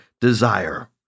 desire